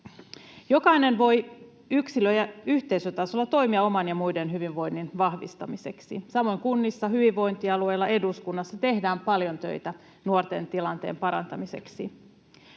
Jokainen voi yksilö- ja yhteisötasolla toimia oman ja muiden hyvinvoinnin vahvistamiseksi. Samoin kunnissa, hyvinvointialueilla ja eduskunnassa tehdään paljon töitä nuorten tilanteen parantamiseksi.